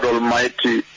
Almighty